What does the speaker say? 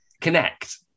connect